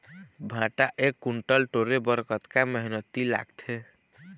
भांटा एक कुन्टल टोरे बर कतका मेहनती लागथे?